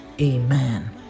Amen